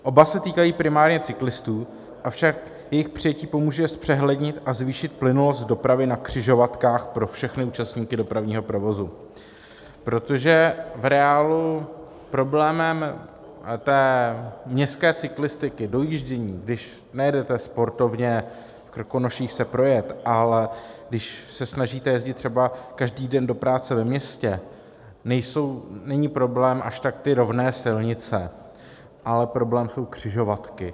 Oba se týkají primárně cyklistů, avšak jejich přijetí pomůže zpřehlednit a zvýšit plynulost dopravy na křižovatkách pro všechny účastníky dopravního provozu, protože v reálu problémem městské cyklistiky, dojíždění, když nejedete sportovně v Krkonoších se projet, ale když se snažíte jezdit třeba každý den do práce ve městě, nejsou problém až tak ty rovné silnice, ale problém jsou křižovatky.